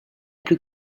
plus